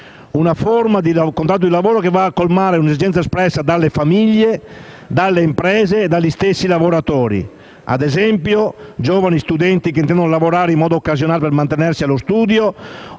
forma di contratto di lavoro va a colmare un'esigenza espressa dalle famiglie, dalle imprese e dagli stessi lavoratori, come nel caso di migliaia di giovani studenti che intendono lavorare in modo occasionale per mantenersi allo studio